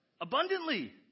abundantly